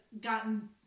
gotten